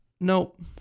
Nope